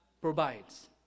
provides